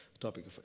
topic